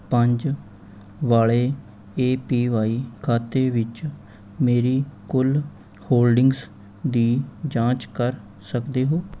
ਪੰਜ ਵਾਲ਼ੇ A P Y ਖਾਤੇ ਵਿੱਚ ਮੇਰੀ ਕੁੱਲ ਹੋਲਡਿੰਗਜ਼ ਦੀ ਜਾਂਚ ਕਰ ਸਕਦੇ ਹੋ